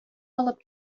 алып